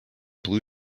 blue